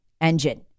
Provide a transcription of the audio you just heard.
engine